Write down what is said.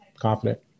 confident